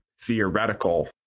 theoretical